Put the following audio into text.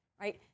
right